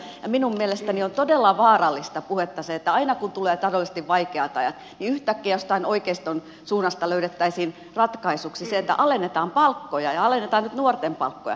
minun mielestäni on todella vaarallista puhetta se että aina kun tulee taloudellisesti vaikeat ajat niin yhtäkkiä jostain oikeiston suunnasta löydettäisiin ratkaisuksi se että alennetaan palkkoja ja alennetaan nyt nuorten palkkoja